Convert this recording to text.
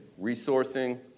resourcing